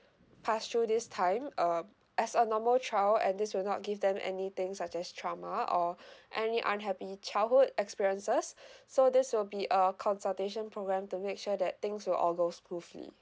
pass through this time um as a normal child and this will not give them anything such as trauma or any unhappy childhood experiences so this will be a consultation program to make sure that things will all go smoothly